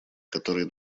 которой